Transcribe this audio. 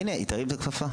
הנה, היא תרים את הכפפה.